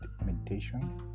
meditation